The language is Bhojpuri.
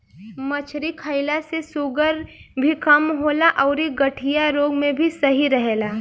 मछरी खईला से शुगर भी कम होला अउरी गठिया रोग में भी सही रहेला